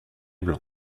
blanc